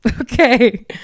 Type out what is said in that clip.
okay